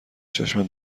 چشمت